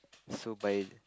so by